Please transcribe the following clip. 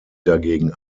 dagegen